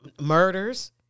murders